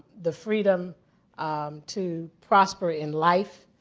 the freedom to prosper in life,